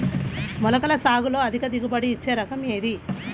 మొలకల సాగులో అధిక దిగుబడి ఇచ్చే రకం ఏది?